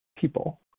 people